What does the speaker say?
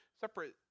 separate